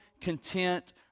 content